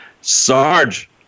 Sarge